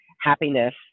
happiness